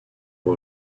for